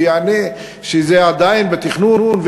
ויענה שזה עדיין בתכנון,